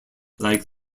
like